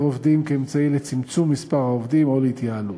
עובדים כאמצעי לצמצום מספר העובדים או להתייעלות.